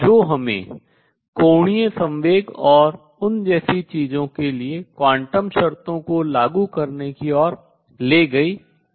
जो हमें कोणीय संवेग और उन जैसी चीजों के लिए क्वांटम शर्तों को लागू करने की ओर ले गईं